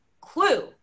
Clue